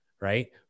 Right